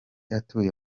atuye